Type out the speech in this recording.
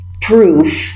proof